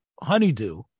honeydew